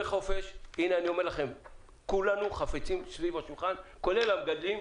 כולנו, כולל המגדלים,